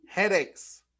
Headaches